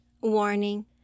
Warning